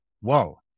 whoa